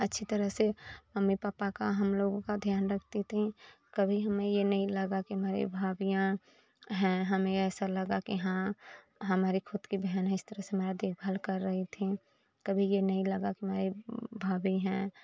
अच्छी तरह से मम्मी पापा का हम लोगों का ध्यान रखती थीं कभी हमें ये नहीं लगा कि मेरी भाभियाँ हैं हमें ऐसा लगा कि हाँ हमारी ख़ुद की बहन इस तरह से हमारी देखभाल कर रही थी कभी यह नहीं लगा कि मेरी भाभी हैं